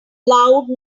loud